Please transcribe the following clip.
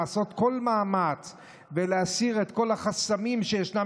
לעשות כל מאמץ ולהסיר את כל החסמים שישנם